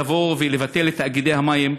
לבטל את תאגידי המים,